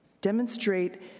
demonstrate